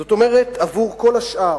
זאת אומרת, עבור כל השאר,